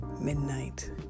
midnight